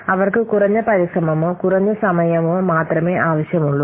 അവർക്ക് കുറഞ്ഞ പരിശ്രമമോ കുറഞ്ഞ സമയമോ മാത്രമേ ആവശ്യമുള്ളൂ